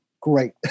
Great